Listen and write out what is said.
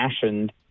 fashioned